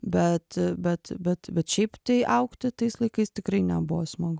bet bet bet bet šiaip tai augti tais laikais tikrai nebuvo smagu